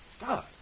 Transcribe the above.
God